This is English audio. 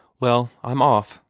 well, i'm off,